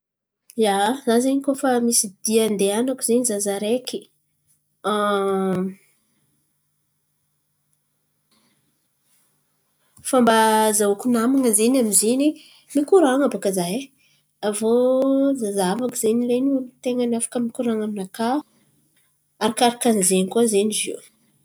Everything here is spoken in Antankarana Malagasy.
Ia, za zen̈y koa fa misy dia handehanako zen̈y za zaraiky, fômba azahoako naman̈a zen̈y amy izy in̈y mikoran̈a bàka za e. Aviô zahazahavako zen̈y lainy olo ten̈a ny afaka mikoran̈a aminakà arakarakan'ny zen̈y koa zen̈y ziô.